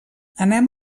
anem